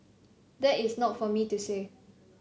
that is not for me to say